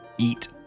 eat